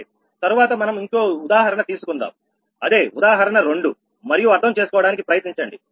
సరే తరువాత మనం ఇంకో ఉదాహరణ తీసుకుందాం అదే ఉదాహరణ 2 మరియు అర్థం చేసుకోవడానికి ప్రయత్నించండి